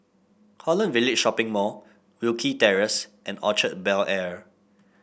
Holland Village Shopping Mall Wilkie Terrace and Orchard Bel Air